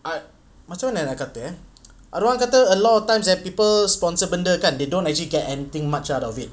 I macam mana nak kata uh ada orang kata a lot of times at people sponsor benda kan they don't actually get anything much out of it